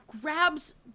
grabs